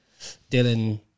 Dylan